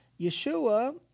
Yeshua